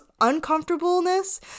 uncomfortableness